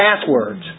Passwords